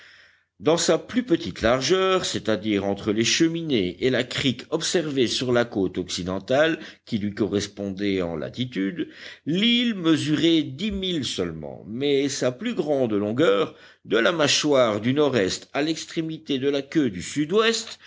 dans sa plus petite largeur c'est-à-dire entre les cheminées et la crique observée sur la côte occidentale qui lui correspondait en latitude l'île mesurait dix milles seulement mais sa plus grande longueur de la mâchoire du nord-est à l'extrémité de la queue du sud-ouest